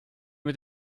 mit